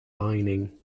lining